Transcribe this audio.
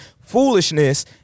foolishness